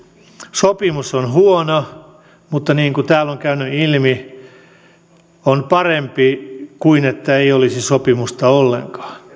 sopimus on huono mutta niin kuin täällä on käynyt ilmi tämä on parempi kuin että ei olisi sopimusta ollenkaan